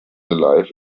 there